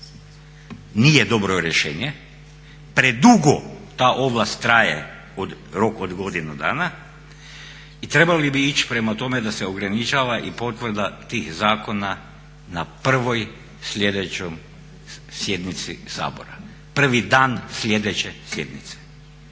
nije dobro rješenje. Predugo ta ovlast traje, rok od godinu dana i trebali bi ići prema tome da se ograničava i potvrda tih zakona na prvoj sljedećoj sjednici Sabora, prvi dan sljedeće sjednice.